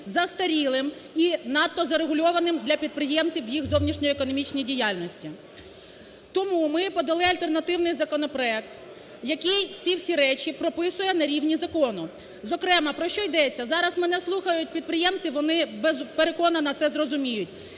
застарілим і надтозарегульованим для підприємців в їх зовнішньоекономічній діяльності. Тому ми подали альтернативний законопроект, який ці всі речі прописує на рівні закону. Зокрема, про що йдеться? Зараз мене слухають підприємці, вони, переконана, це зрозуміють,